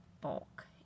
bulk